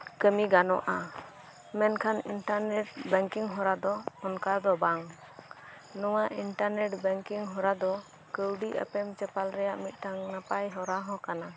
ᱠᱟᱹᱢᱤ ᱜᱟᱱᱚᱜᱼᱟ ᱢᱮᱱᱠᱷᱟᱱ ᱤᱱᱴᱟᱨᱱᱮᱴ ᱵᱮᱝᱠᱤᱝ ᱦᱚᱨᱟᱫᱚ ᱚᱱᱠᱟᱫᱚ ᱵᱟᱝ ᱱᱚᱣᱟ ᱤᱱᱴᱟᱨ ᱱᱮᱴ ᱵᱮᱝᱠᱤᱝ ᱦᱚᱨᱟᱫᱚ ᱠᱟᱹᱣᱰᱤ ᱮᱯᱮᱢ ᱪᱟᱯᱟᱞᱨᱮᱭᱟᱜ ᱢᱤᱫᱴᱟᱝ ᱱᱟᱯᱟᱭ ᱦᱚᱨᱟᱦᱚᱸ ᱠᱟᱱᱟ